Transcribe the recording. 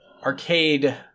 arcade